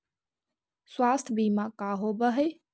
स्वास्थ्य बीमा का होव हइ?